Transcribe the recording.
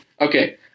Okay